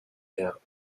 der